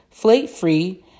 flate-free